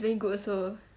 very good also